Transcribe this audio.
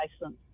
license